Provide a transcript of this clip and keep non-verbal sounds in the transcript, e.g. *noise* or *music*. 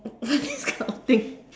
*laughs* that kind of thing